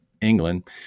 England